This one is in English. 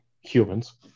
humans